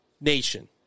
nation